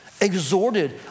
exhorted